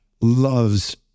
loves